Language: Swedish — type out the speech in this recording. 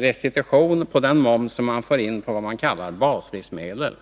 restitution på den moms som kommer in på vad som kallas baslivsmedel.